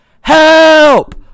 Help